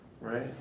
right